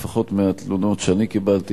לפחות מהתלונות שאני קיבלתי,